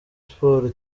sports